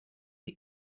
die